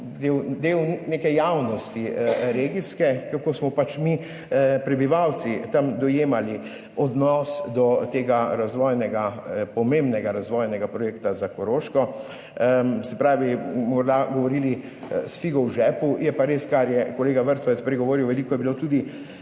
del neke regijske javnosti, kako smo pač mi prebivalci tam dojemali odnos do tega pomembnega razvojnega projekta za Koroško – morda govorili s figo v žepu. Je pa res, kar je kolega Vrtovec prej govoril, veliko je bilo tudi